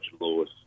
Lewis